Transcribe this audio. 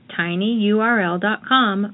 tinyurl.com